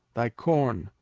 thy corn,